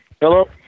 Hello